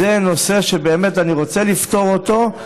זה נושא שאני רוצה לפתור אותו,